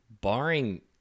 barring